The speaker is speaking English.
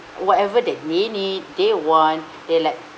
whatever they need need they want they like